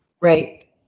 Right